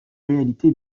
réalité